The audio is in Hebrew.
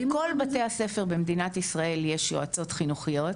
בכל בתי הספר במדינת ישראל יש יועצות חינוכיות.